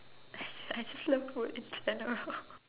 I just love food in general